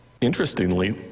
Interestingly